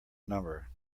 number